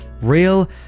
real